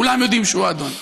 כולם יודעים שהוא האדון.